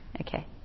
Okay